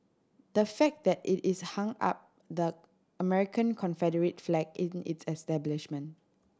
the fact that it is hung up the American Confederate flag in its establishment